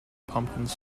pumpkins